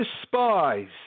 despise